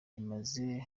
rimaze